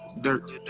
dirt